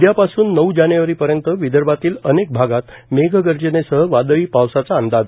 उद्यापासून नऊ जानेवारीपर्यंत विदर्भातील अनेक भागात मेघगर्जनेसह वादळीपावसाचा अंदाज